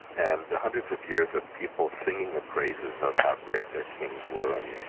and the hundreds of years of people singing the praises of how great their kings were